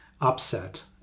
upset